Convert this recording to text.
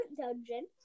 dungeon